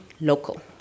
local